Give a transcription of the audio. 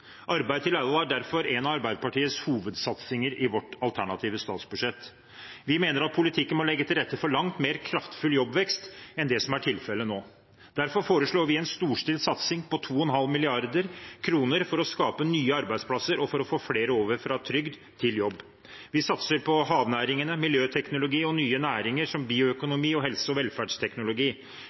Arbeid til alle er derfor en av Arbeiderpartiets hovedsatsinger i dets alternative statsbudsjett. Vi mener at politikken må legge til rette for langt mer kraftfull jobbvekst enn det som er tilfellet nå. Derfor foreslår vi en storstilt satsing på 2,5 mrd. kr for å skape nye arbeidsplasser og for å få flere over fra trygd til jobb. Vi satser på havnæringene, miljøteknologi og nye næringer som bioøkonomi og helse- og velferdsteknologi.